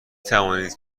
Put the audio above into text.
توانید